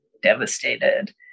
Devastated